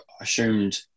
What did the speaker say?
assumed